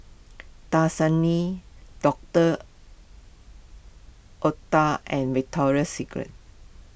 Dasani Doctor Oetker and Victoria Secret